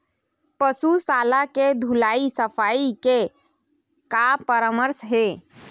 पशु शाला के धुलाई सफाई के का परामर्श हे?